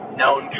known